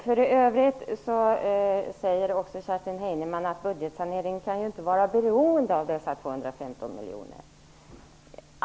För övrigt säger Kerstin Heinemann att budgetsaneringen inte kan vara beroende av dessa 215 miljoner.